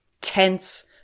Tense